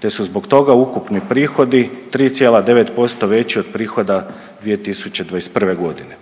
te su zbog toga ukupni prihodi 3,9% veći od prihoda 2021. godine.